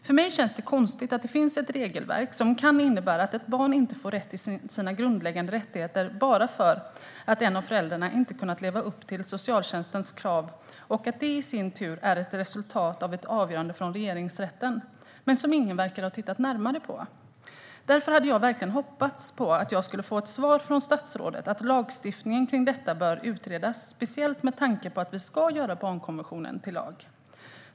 För mig känns det konstigt att det finns ett regelverk som kan innebära att ett barn inte får rätt till sina grundläggande rättigheter bara för att en av föräldrarna inte har kunnat leva upp till socialtjänstens krav och att det i sin tur är ett resultat av ett avgörande från Regeringsrätten som ingen verkar ha tittat närmare på. Därför hade jag verkligen hoppats på att jag skulle få ett svar från statsrådet att lagstiftningen kring detta bör utredas, speciellt med tanke på att vi ska göra barnkonventionen till lag.